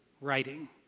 writing